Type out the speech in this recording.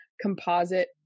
composite